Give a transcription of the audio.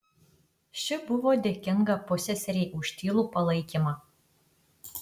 ši buvo dėkinga pusseserei už tylų palaikymą